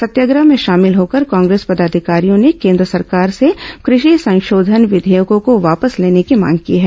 सत्याग्रह में शामिल होकर कांग्रेस पदाधिकारियों ने केन्द्र सरकार से कृषि संशोधन विधेयकों को वापस लेने की मांग की है